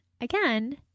again